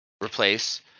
replace